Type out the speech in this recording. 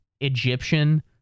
Egyptian